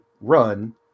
run